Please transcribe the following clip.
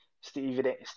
Stephen